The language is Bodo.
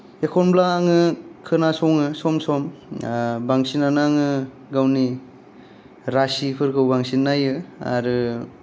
एखनब्ला आङो खोनासङो सम सम ओ बांसिनानो आङो गावनि राशिफोरखौ बांसिन नायो आरो